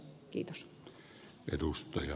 arvoisa puhemies